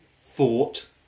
thought